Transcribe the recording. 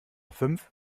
fünf